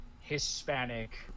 Hispanic